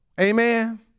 Amen